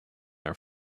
are